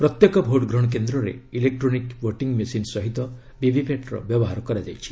ପ୍ରତ୍ୟେକ ଭୋଟ୍ ଗ୍ରହଣ କେନ୍ଦ୍ରରେ ଇଲେକ୍ଟ୍ରୋନିକ୍ ଭୋଟିଙ୍ଗ୍ ମେସିନ୍ ସହିତ ଭିଭି ପାଟ୍ ର ବ୍ୟବହାର କରାଯାଉଛି